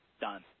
done